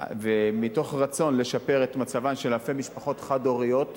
ומתוך רצון לשפר את מצבן של אלפי משפחות חד-הוריות,